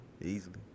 Easily